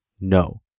No